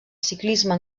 ciclisme